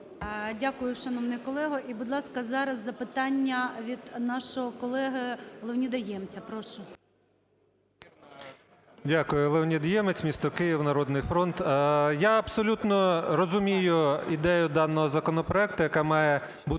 Дякую, шановний колего. І, будь ласка, зараз запитання від нашого колеги Леоніда Ємця. Прошу. 17:18:04 ЄМЕЦЬ Л.О. Дякую. Леонід Ємець, місто Київ, "Народний фронт". Я абсолютно розумію ідею даного законопроекту, яка має бути